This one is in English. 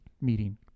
meeting